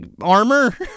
armor